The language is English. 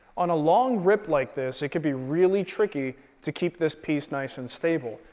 on a long rip like this, it can be really tricky to keep this piece nice and stable.